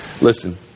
Listen